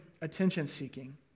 attention-seeking